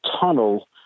tunnel